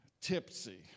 tipsy